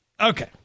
okay